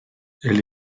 elle